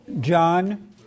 John